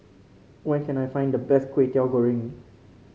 where can I find the best Kway Teow Goreng